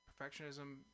perfectionism